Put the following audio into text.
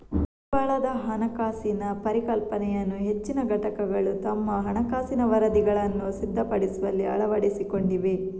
ಬಂಡವಾಳದ ಹಣಕಾಸಿನ ಪರಿಕಲ್ಪನೆಯನ್ನು ಹೆಚ್ಚಿನ ಘಟಕಗಳು ತಮ್ಮ ಹಣಕಾಸಿನ ವರದಿಗಳನ್ನು ಸಿದ್ಧಪಡಿಸುವಲ್ಲಿ ಅಳವಡಿಸಿಕೊಂಡಿವೆ